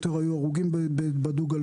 היו יותר הרוגים בדו-גלגלי.